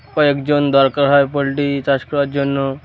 কয়েকজন দরকার হয় পোলট্রি চাষ করার জন্য